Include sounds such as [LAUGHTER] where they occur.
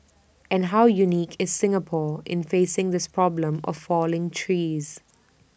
and how unique is Singapore in facing this problem of falling trees [NOISE]